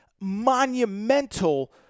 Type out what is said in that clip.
monumental